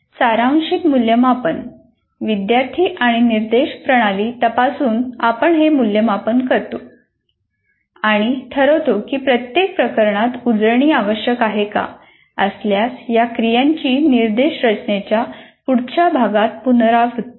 सारांशित मूल्यमापन विद्यार्थी आणि निर्देश प्रणाली तपासून आपण हे मूल्यांकन करतो आणि ठरवतो की प्रत्येक प्रकरणात उजळणी आवश्यक आहे का असल्यास या क्रियांची निर्देश रचनेच्या पुढच्या भागात पुनरावृत्ती होते